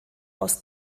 aus